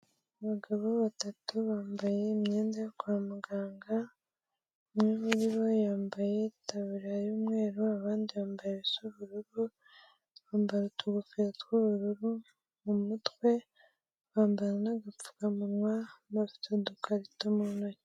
Abagabo batatu bambaye imyenda yo kwa muganga, umwe muri bo yambaye itabura y'umweru abandi bambaye ibisa ubanururu bambara utubofero tw'ubururu mu mutwe, bambarye n'agapfukamunwa bafite udukarito mu ntoki.